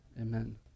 Amen